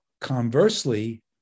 Conversely